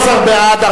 12 בעד,